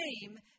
name